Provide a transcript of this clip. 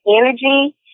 energy